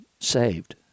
saved